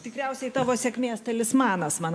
tikriausiai tavo sėkmės talismanas man